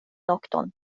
nokton